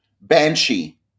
Banshee